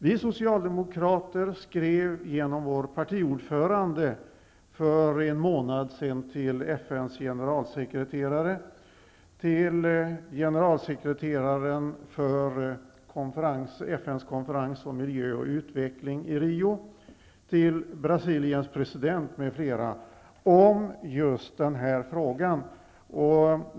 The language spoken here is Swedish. Vi socialdemokrater skrev genom vår partiordförande för en månad sedan till FN:s generalsekreterare, generalsekreteraren för FN:s konferens om miljö och utveckling i Rio, till Brasiliens president m.fl. om just den här frågan.